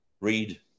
read